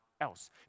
else